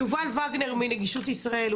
יובל וגנר מנגישות ישראל.